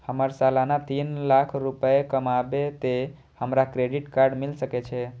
हमर सालाना तीन लाख रुपए कमाबे ते हमरा क्रेडिट कार्ड मिल सके छे?